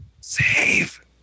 Save